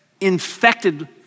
infected